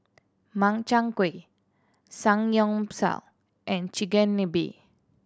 Makchang Gui Samgyeopsal and Chigenabe